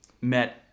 met